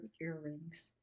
earrings